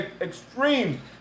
extreme